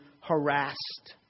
harassed